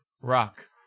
Rock